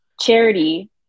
Charity